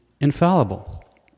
infallible